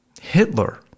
Hitler